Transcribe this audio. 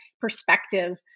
perspective